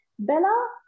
Bella